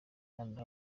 kanda